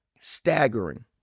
staggering